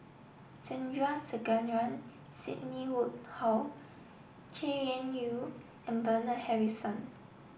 Sandrasegaran Sidney Woodhull Chay Weng Yew and Bernard Harrison